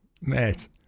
mate